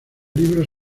libros